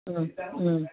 ஆ ம்